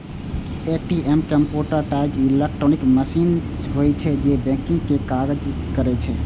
ATM computerised electronic machine होइ छै, जे बैंकिंग के काज करै छै